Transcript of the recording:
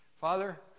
Father